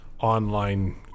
online